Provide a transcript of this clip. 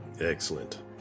Excellent